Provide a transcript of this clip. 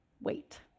wait